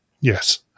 Yes